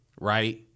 right